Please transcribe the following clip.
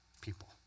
People